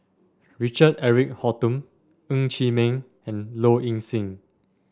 Richard Eric Holttum Ng Chee Meng and Low Ing Sing